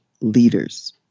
leaders